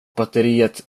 batteriet